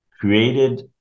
created